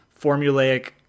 formulaic